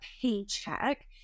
paycheck